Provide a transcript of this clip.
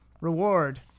Reward